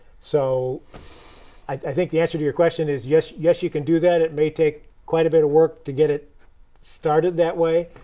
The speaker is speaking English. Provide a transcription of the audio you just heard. so i think the answer to your question is yes, you can do that. it may take quite a bit of work to get it started that way.